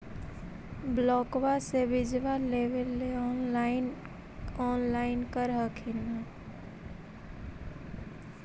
ब्लोक्बा से बिजबा लेबेले ऑनलाइन ऑनलाईन कर हखिन न?